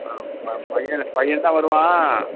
ப பையனை பையன் தான் வருவான்